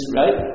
right